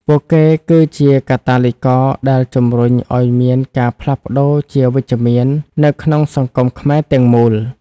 ពួកគេគឺជា "កាតាលីករ" ដែលជម្រុញឱ្យមានការផ្លាស់ប្តូរជាវិជ្ជមាននៅក្នុងសង្គមខ្មែរទាំងមូល។